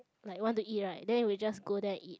like want to eat right then we just go there and eat